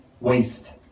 waste